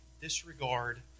disregard